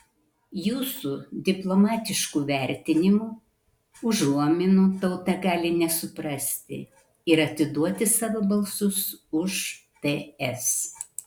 jūsų diplomatiškų vertinimų užuominų tauta gali nesuprasti ir atiduoti savo balsus už ts